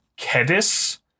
Kedis